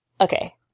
okay